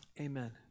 Amen